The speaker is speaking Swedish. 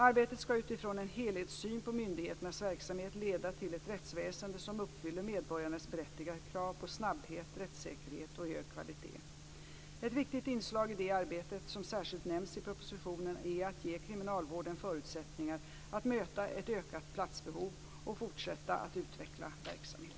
Arbetet ska, utifrån en helhetssyn på myndigheternas verksamhet, leda till ett rättsväsende som uppfyller medborgarnas berättigade krav på snabbhet, rättssäkerhet och hög kvalitet. Ett viktigt inslag i detta arbete, som särskilt nämns i propositionen, är att ge kriminalvården förutsättningar att möta ett ökat platsbehov och fortsätta att utveckla verksamheten.